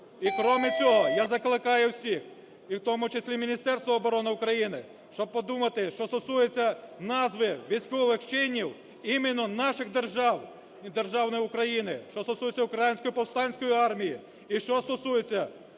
І, крім цього, я закликаю усіх, і в тому числі Міністерство оборони України, щоб подумати, що стосується назви військових чинів именно наших держав, держави України, що стосується Української повстанської армії і що стосується